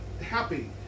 happy